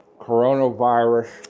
coronavirus